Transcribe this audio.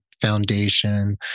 Foundation